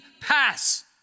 pass